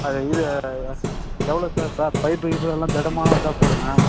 அது இது எவ்வளோ சார் ப பைப்பு கியிப்பு இதெல்லாம் திடமா இதாக போடுங்க